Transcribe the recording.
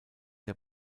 der